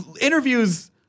Interviews